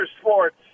sports